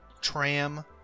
tram